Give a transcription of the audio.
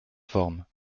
formes